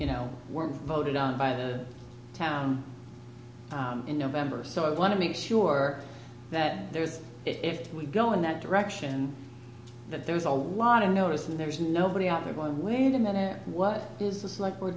you know were voted on by the town in november so i want to make sure that there is if we go in that direction that there's a lot of notice and there's nobody out there why wait a minute what is this like we're